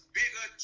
bigger